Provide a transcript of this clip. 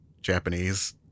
Japanese